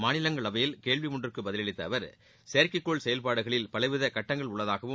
மாநிலங்களவையில் கேள்வி ஒன்றுக்கு பதிலளித்த அவா் செயற்கைக்கோள் செயல்பாடுகளில் பலவித கட்டங்கள் உள்ளதாகவும்